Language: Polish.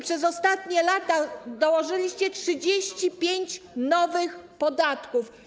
Przez ostatnie lata dołożyliście 35 nowych podatków.